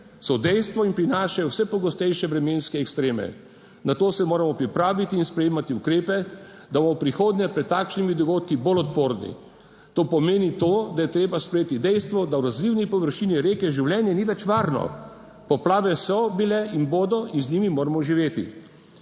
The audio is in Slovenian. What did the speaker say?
so dejstvo in prinašajo vse pogostejše vremenske ekstreme. Na to se moramo pripraviti in sprejemati ukrepe, da bomo v prihodnje pred takšnimi dogodki bolj odporni. To pomeni to, da je treba sprejeti dejstvo, da v odzivni površini reke življenje ni več varno. Poplave so bile in bodo in z njimi moramo živeti.